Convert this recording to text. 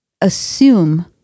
assume